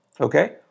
okay